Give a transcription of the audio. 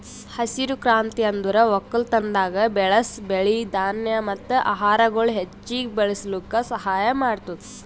ಹಸಿರು ಕ್ರಾಂತಿ ಅಂದುರ್ ಒಕ್ಕಲತನದಾಗ್ ಬೆಳಸ್ ಬೆಳಿ, ಧಾನ್ಯ ಮತ್ತ ಆಹಾರಗೊಳ್ ಹೆಚ್ಚಿಗ್ ಬೆಳುಸ್ಲುಕ್ ಸಹಾಯ ಮಾಡ್ತುದ್